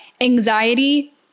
anxiety